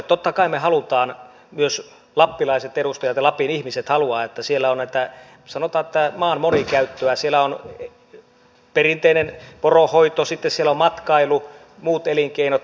totta kai me haluamme myös lappilaiset edustajat ja lapin ihmiset haluavat että siellä on tätä maan monikäyttöä siellä on perinteinen poronhoito sitten matkailu muut elinkeinot ja niin edelleen